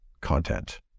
content